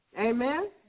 Amen